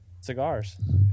cigars